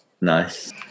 Nice